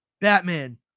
Batman